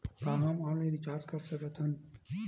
का हम online recharge कर सकत हन?